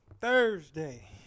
thursday